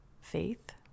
faith